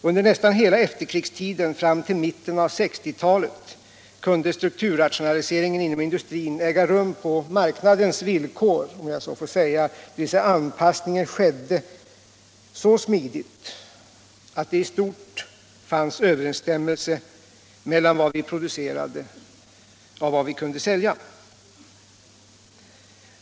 Under nästan hela efterkrigstiden fram till mitten av 1960-talet kunde strukturrationaliseringen inom industrin äga rum på marknadens villkor, om jag så får säga, dvs. anpassningen skedde så smidigt att det i stort sett fanns överensstämmelse mellan vad vi producerade och vad vi kunde sälja.